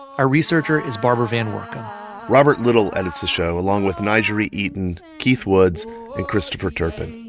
our researcher is barbara van woerkom robert little edits a show along with n'jeri eaton, keith woods and christopher turpin.